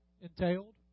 entailed